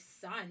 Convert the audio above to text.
son